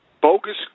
bogus